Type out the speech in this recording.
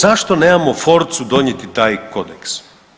Zašto nemamo forcu donijeti taj kodeks?